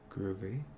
Groovy